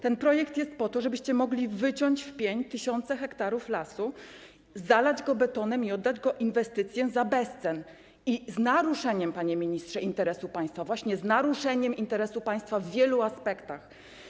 Ten projekt jest po to, żebyście mogli wyciąć w pień tysiące hektarów lasu, zalać to betonem i oddać pod inwestycję za bezcen i z naruszeniem, panie ministrze, interesu państwa, właśnie z naruszeniem interesu państwa w wielu aspektach.